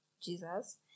Jesus